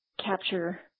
capture